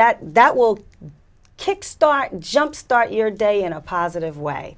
that that will kickstart jumpstart your day in a positive way